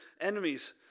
enemies